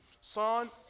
Son